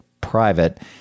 private